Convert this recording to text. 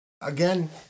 again